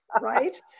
Right